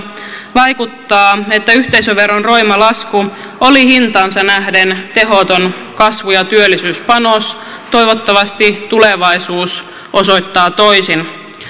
vaikuttaa että yhteisöveron roima lasku oli hintaansa nähden tehoton kasvu ja työllisyyspanos toivottavasti tulevaisuus osoittaa toisin